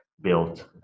built